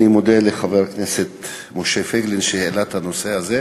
אני מודה לחבר הכנסת משה פייגלין שהעלה את הנושא הזה,